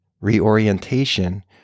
reorientation